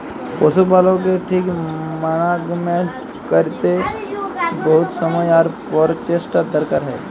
পশু পালকের ঠিক মানাগমেন্ট ক্যরতে বহুত সময় আর পরচেষ্টার দরকার হ্যয়